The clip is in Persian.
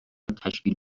تشکیل